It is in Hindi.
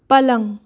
पलंग